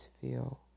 feel